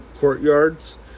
courtyards